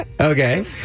Okay